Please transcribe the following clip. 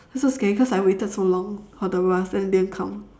that's so scary cause I waited so long for the bus then it didn't come